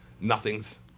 nothings